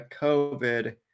COVID